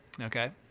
Okay